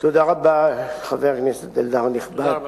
תודה רבה, חבר הכנסת אלדד הנכבד.